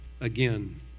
again